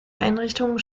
einrichtungen